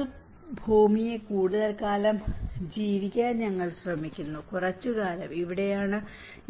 നമ്മുടെ ഭൂമിയെ കൂടുതൽ കാലം ജീവിക്കാൻ ഞങ്ങൾ ശ്രമിക്കുന്നു കുറച്ച് കാലം ഇവിടെയാണ്